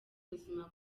buzima